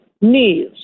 knees